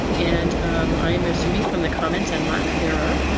and um i'm assuming from the comments and lack thereof,